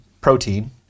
protein